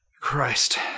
Christ